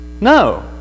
no